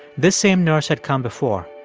this same nurse had come before.